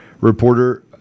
reporter